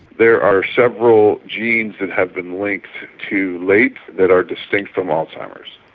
there are several genes that have been linked to late that are distinct from alzheimer's.